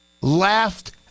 laughed